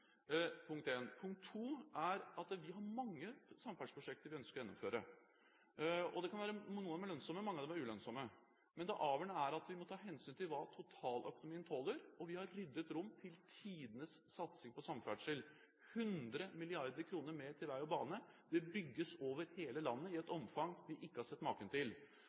er det vi gjør gjennom statsbudsjettet. Det er punkt 1. Punkt 2: Vi har mange samferdselsprosjekter vi ønsker å gjennomføre – noen av dem er lønnsomme, mange av dem er ulønnsomme. Men det avgjørende er at vi må ta hensyn til hva totaløkonomien tåler. Vi har ryddet rom til tidenes satsing på samferdsel – 100 mrd. kr mer til vei og bane. Det bygges over hele landet i et omfang vi ikke har sett maken til.